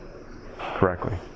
correctly